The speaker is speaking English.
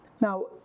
Now